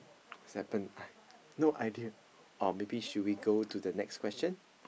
happen no idea or should we go to the next question